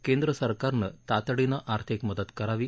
केंद्र सरकारनं तातडीनं आर्थिक मदत करावी